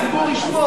הציבור ישפוט,